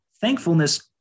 thankfulness